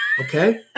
Okay